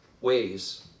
ways